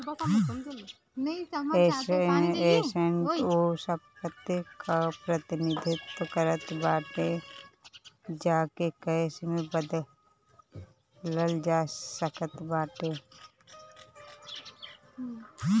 asset उ संपत्ति कअ प्रतिनिधित्व करत बाटे जेके कैश में बदलल जा सकत बाटे